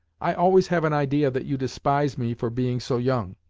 i always have an idea that you despise me for being so young.